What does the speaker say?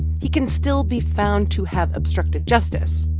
he can still be found to have obstructed justice.